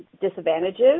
disadvantages